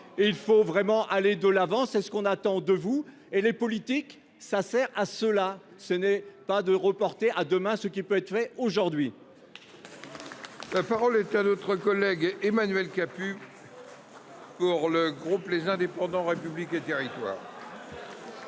Il faut vraiment aller de l'avant : c'est ce que l'on attend de vous. Les politiques servent à cela, et pas à reporter à demain ce qui peut être fait aujourd'hui ! La parole est à M. Emmanuel Capus, pour le groupe Les Indépendant - République et Territoires.